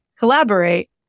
collaborate